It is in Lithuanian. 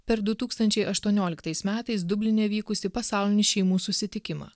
per du tūkstančiai aštuonioliktais metais dubline vykusį pasaulinį šeimų susitikimą